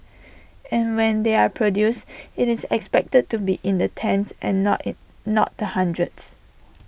and when they are produced IT is expected to be in the tens and not A not the hundreds